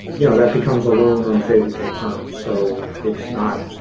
you know that becomes a loan on favorable terms. so it's not,